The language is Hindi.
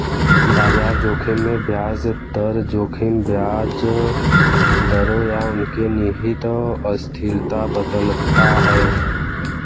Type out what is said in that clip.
बाजार जोखिम में ब्याज दर जोखिम ब्याज दरों या उनके निहित अस्थिरता बदलता है